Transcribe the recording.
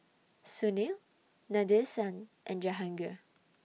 Sunil Nadesan and Jahangir